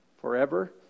forever